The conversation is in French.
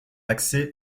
accès